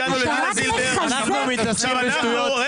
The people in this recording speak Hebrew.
עד שהגענו לדינה זילבר --- אתה רק מחזק --- רגע,